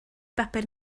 bapur